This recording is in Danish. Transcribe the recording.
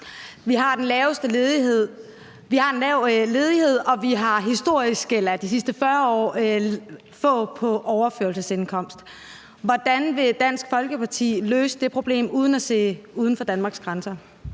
Vi har en lav ledighed, og vi har historisk få – set i forhold til de sidste 40 år – på overførselsindkomst. Hvordan vil Dansk Folkeparti løse det problem uden at se uden for Danmarks grænser?